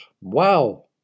Wow